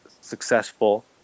successful